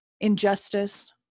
injustice